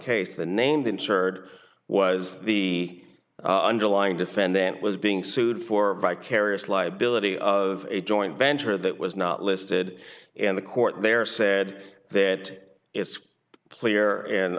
case the named insured was the underlying defendant was being sued for vicarious liability of a joint venture that was not listed and the court there said that it's clear and